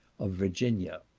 of virginia.